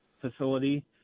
facility